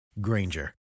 Granger